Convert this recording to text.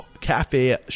cafe